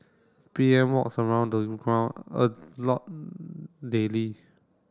P M walks around ground a lot daily